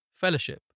fellowship